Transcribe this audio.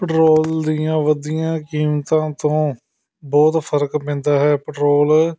petrol ਦੀਆਂ ਵਧਦੀਆਂ ਕੀਮਤਾਂ ਤੋਂ ਬਹੁਤ ਫ਼ਰਕ ਪੈਂਦਾ ਹੈ ਪੈਟਰੋਲ